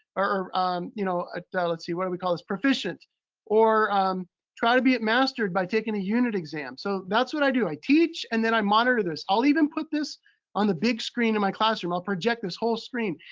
or you know, and let's see, what do we call this? proficient or try to be at mastered by taking a unit exam. so that's what i do. i teach and then i monitor this. i'll even put this on the big screen in my classroom. i'll project this whole screen.